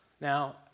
Now